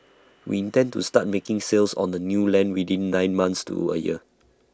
we intend to start making sales on the new land within nine months to A year